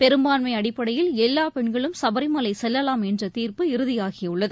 பெரும்பான்மை அடிப்படையில் எல்லா பெண்களும் சபரிமலை செல்லலாம் என்ற தீர்ப்பு இறுதியாகியுள்ளது